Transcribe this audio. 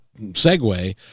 segue